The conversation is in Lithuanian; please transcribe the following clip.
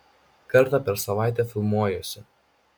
kartą per savaitę filmuojuosi